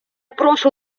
прошу